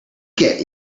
get